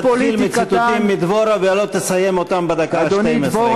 תתחיל מציטוטים של דבורה ולא תסיים אותם בדקה ה-12.